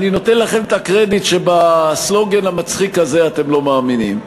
אני נותן לכם את הקרדיט שבסלוגן המצחיק הזה אתם לא מאמינים.